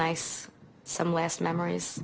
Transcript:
nice some last memories